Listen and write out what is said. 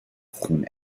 خون